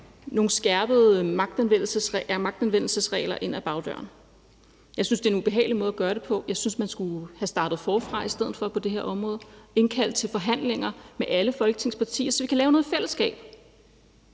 nogle skærpede magtanvendelsesregler ind ad bagdøren. Jeg synes, det er en ubehagelig måde at gøre det på. Jeg synes, man i stedet for skulle have startet forfra på det område og indkaldt til forhandlinger med alle Folketingets partier, som kan lave noget i fællesskab